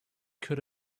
could